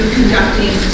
conducting